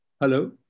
Hello